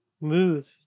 move